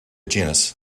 genus